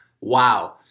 Wow